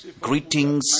greetings